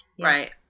right